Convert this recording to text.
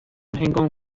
هنگام